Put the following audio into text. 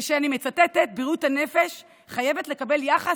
אני מצטטת: "בריאות הנפש חייבת לקבל יחס